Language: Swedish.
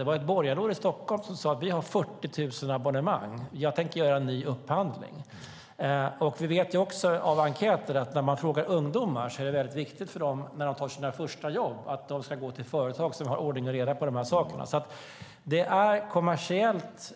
Det var ett borgarråd i Stockholm som sade: Vi har 40 000 abonnemang. Jag tänker göra en ny upphandling! Vi vet från enkäter när man har frågat ungdomar att det är viktigt för dem när de tar sina första jobb att de går till företag som har ordning och reda på de här sakerna. Det är kommersiellt